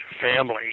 family